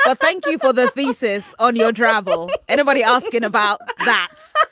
ah thank you for that thesis on your travel. anybody asking about that.